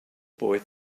boy